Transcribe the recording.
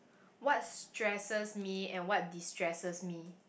what stresses me and what distresses me